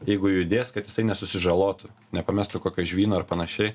jeigu judės kad jisai nesusižalotų nepamestų kokio žvyno ar panašiai